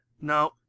no